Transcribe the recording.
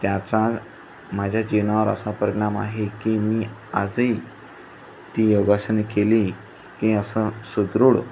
त्याचा माझ्या जीवनावर असा परिणाम आहे की मी आजही ती योगासने केली की असं सुदृढ